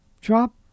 drop